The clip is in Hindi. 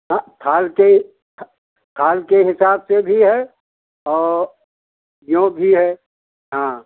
था थाल के था थाल के हिसाब से भी है और यों भी है हाँ